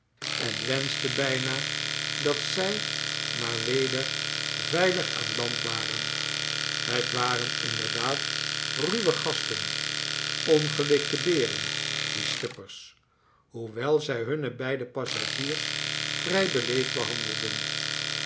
en wenschte bijna dat zij maar weder veilig aan land waren het waren inderdaad ruwe gasten ongelikte beeren die schippers hoewel zij hunne beide passagiers vrij beleefd behandelden